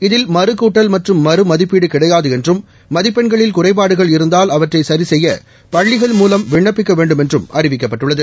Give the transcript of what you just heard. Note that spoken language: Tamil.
இதில் மறுகூட்டல் மற்றும் மறுமதிப்பீடு கிடையாது என்றும் மதிப்பெண்களில் குறைபாடுகள் இருந்தால் அவற்றை சரிசெய்ய பள்ளிகள் மூலம் விண்ணப்பிக்க வேண்டுமென்றும் அறிவிக்கப்பட்டுள்ளது